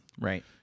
right